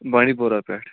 بانڈی پورہ پیٹھ